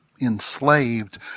enslaved